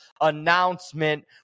announcement